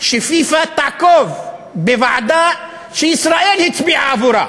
שפיפ"א תעקוב, בוועדה שישראל הצביעה עבורה,